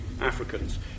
Africans